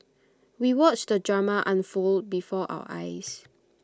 we watched the drama unfold before our eyes